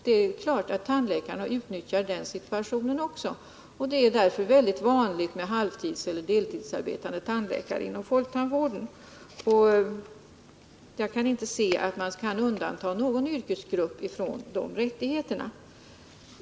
Det är klart att även tandläkarna utnyttjar de möjligheterna. Därför är det mycket vanligt med halvtidseller deltidsarbetande tandläkare inom folktandvården. Jag kan inte se att man kan undanta någon yrkesgrupp från dessa rättigheter.